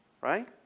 Right